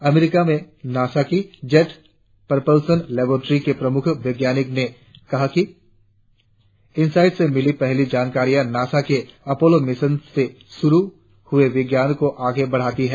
America में NASA की jet propulsion laboratory के प्रमुख वैज्ञानिक ने कहा बताया कि इनसाईट से मिली पहली जानकारियां नासा के अपोलो मिशन से शुर हुए विज्ञान को आगे बढ़ाती है